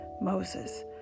Moses